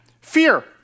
Fear